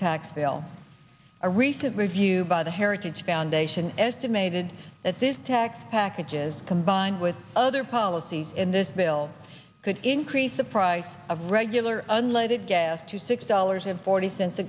tax bill a recent review by the heritage foundation estimated that this tax package is combined with other policies in this bill could increase the price of regular unleaded gas to six dollars and forty cents a